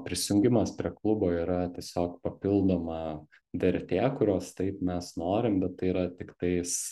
prisijungimas prie klubo yra tiesiog papildoma vertė kurios taip mes norim bet tai yra tiktais